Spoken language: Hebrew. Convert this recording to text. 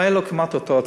הייתה לו כמעט אותה הצלחה.